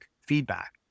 feedback